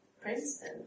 Princeton